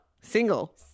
single